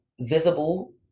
visible